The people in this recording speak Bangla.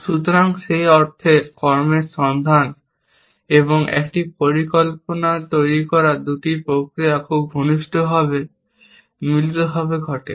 সুতরাং সেই অর্থে কর্মের সন্ধান এবং একটি পরিকল্পনা তৈরি করার দুটি প্রক্রিয়া খুব ঘনিষ্ঠভাবে মিলিতভাবে ঘটে